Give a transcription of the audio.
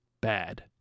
bad